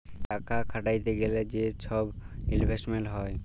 টাকা খাটাইতে গ্যালে যে ছব ইলভেস্টমেল্ট হ্যয়